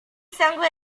sangue